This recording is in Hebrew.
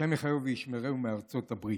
השם יחייהו וישמרהו, מארצות הברית,